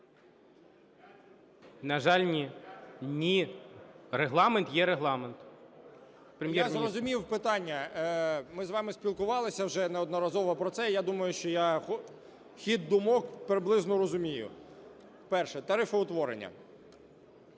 На жаль, ні. Ні – Регламент є Регламент. 10:49:56 ГОНЧАРУК О.В. Я зрозумів питання. Ми з вами спілкувалися вже неодноразово про це. Я думаю, що я хід думок приблизно розумію. Перше – тарифоутворення.